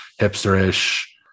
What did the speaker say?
hipster-ish